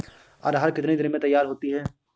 अरहर कितनी दिन में तैयार होती है?